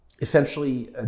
essentially